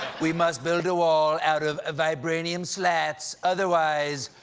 we must build a wall out of vibranium slats. otherwise,